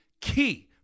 key